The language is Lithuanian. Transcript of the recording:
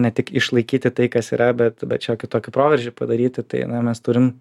ne tik išlaikyti tai kas yra bet bet šiokį tokį proveržį padaryti tai na mes turim